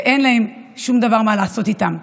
ואין להם שום דבר מה לעשות איתם.